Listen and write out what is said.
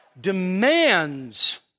demands